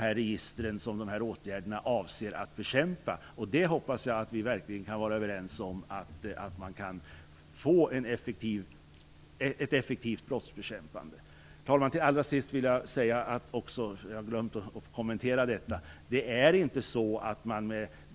registren och åtgärderna avser att bekämpa. Jag hoppas att vi verkligen kan vara överens om att åtgärderna skall leda till en effektiv brottsbekämpning. Herr talman! Allra sist vill jag ta upp något som jag har glömt att kommentera.